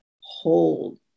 hold